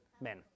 Men